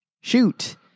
Shoot